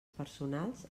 personals